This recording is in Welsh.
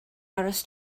aros